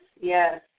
yes